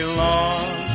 long